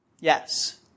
Yes